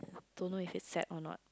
don't know is it sad or not